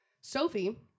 Sophie